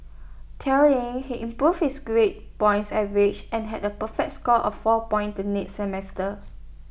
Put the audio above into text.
tellingly he improved his grade points average and had A perfect score of four points the next semester